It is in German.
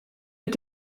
mit